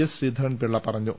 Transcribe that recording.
S Sreedharan Pillai പറഞ്ഞു